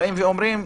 באים ואומרים,